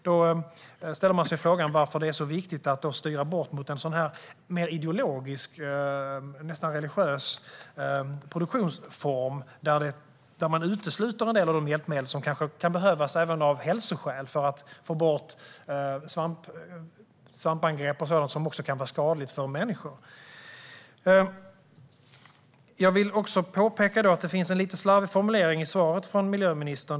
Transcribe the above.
Då ställer man sig frågan varför det är så viktigt att styra bort mot en mer ideologisk - nästan religiös - produktionsform, där man utesluter en del av de hjälpmedel som kanske kan behövas även av hälsoskäl för att få bort svampangrepp och sådant som kan vara skadligt även för människor. Jag vill också påpeka att det finns en lite slarvig formulering i svaret från miljöministern.